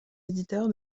éditeur